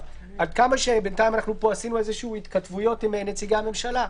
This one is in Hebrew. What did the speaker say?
בינתיים עשינו פה התכתבויות עם נציגי ממשלה,